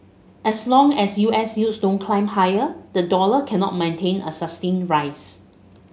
as long as U S yields don't climb higher the dollar cannot mount a sustained rise